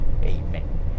Amen